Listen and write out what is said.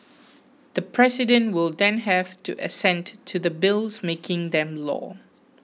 the president will then have to assent to the bills making them law